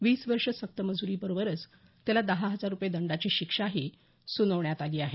वीस वर्षे सक्तीमजुरीबरोबरच त्याला दहा हजार रुपये दंडाची शिक्षाही सुनावली आहे